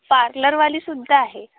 पार्लरवाली सुद्धा आहे